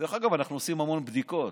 דרך אגב, אנחנו עושים המון בדיקות,